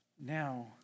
Now